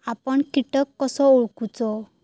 आपन कीटक कसो ओळखूचो?